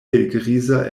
helgriza